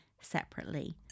separately